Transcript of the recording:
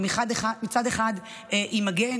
שמצד אחד היא מגן,